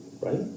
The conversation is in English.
right